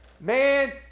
man